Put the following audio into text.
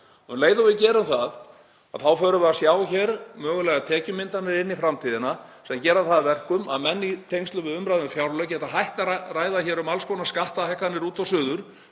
Um leið og við gerum það þá förum við að sjá hér mögulega tekjumyndun inn í framtíðina sem gerir það að verkum að menn, í tengslum við umræðu um fjárlög, geta hætt að ræða hér um alls konar skattahækkanir út og suður